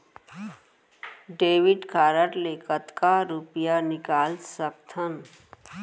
Debit card ले कतका रुपिया निकाल सकथन?